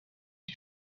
die